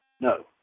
No